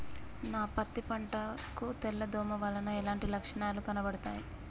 నా పత్తి పంట కు తెల్ల దోమ వలన ఎలాంటి లక్షణాలు కనబడుతాయి?